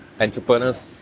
entrepreneurs